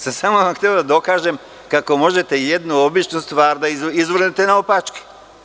Samo sam hteo da dokažem kako možete jednu običnu stvar da izvrnete naopačke.